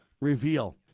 reveal